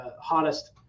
hottest